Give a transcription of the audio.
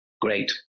great